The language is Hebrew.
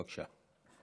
בבקשה.